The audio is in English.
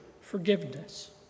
forgiveness